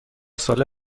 ساله